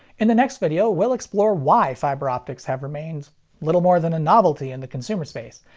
in the next video, we'll explore why fiber optics have remained little more than a novelty in the consumer space,